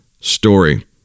story